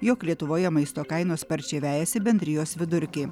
jog lietuvoje maisto kainos sparčiai vejasi bendrijos vidurkį